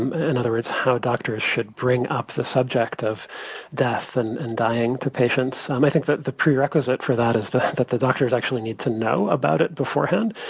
in other words, how doctors should bring up the subject of death and and dying to patients. um i think that the prerequisite for that is that the doctors actually need to know about it beforehand.